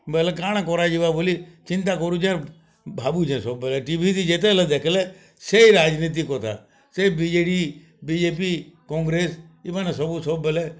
ବୋଲେ କାଣା କରାଯିବା ବଲି ଚିନ୍ତା କରୁଚେଁ ଭାବୁଚେଁ ସବୁବେଳେ ଟିଭିଥି ଯେତେବେଲେ ଦେଖ୍ଲେ ସେ ରାଜନୀତି କଥା ସେ B J D B J P Congress ଏମାନେ ସବୁ ସବୁବେଲେ